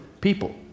people